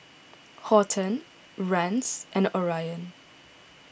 Horton Rance and Orion